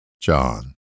John